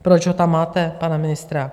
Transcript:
Proč ho tam máte, pana ministra?